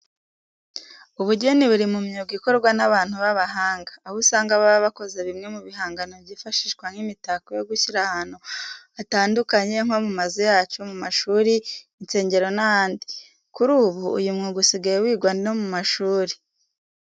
Ubugeni buri mu myuga ikorwa n'abantu b'abahanga, aho usanga baba bakoze bimwe mu bihangano byifashishwa nk'imitako yo gushyira ahantu hatandukanye nko mu mazu yacu, mu mashuri, insengero n'ahandi. Kuri ubu uyu mwuga usigaye wigwa no mu mashuri.